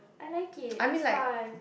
I like it it's fun